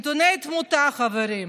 נתוני תמותה, חברים,